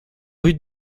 rue